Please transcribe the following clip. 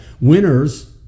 winners